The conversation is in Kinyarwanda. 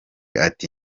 ati